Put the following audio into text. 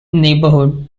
neighborhood